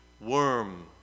worm